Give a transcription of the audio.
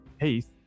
heath